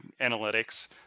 analytics